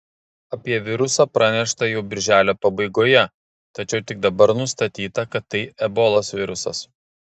apie virusą pranešta jau birželio pabaigoje tačiau tik dabar nustatyta kad tai ebolos virusas